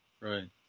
Right